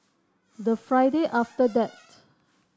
the Friday after that